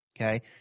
okay